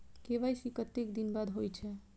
KYC कतेक दिन बाद होई छै?